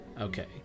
Okay